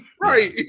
Right